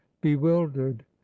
bewildered